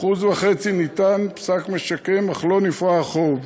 ב-1.5% ניתן פסק משקם אך לא נפרע החוב.